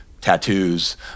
Tattoos